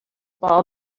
ball